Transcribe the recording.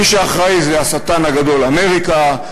מי שאחראי זה "השטן הגדול" אמריקה,